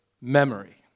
Memory